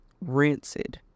rancid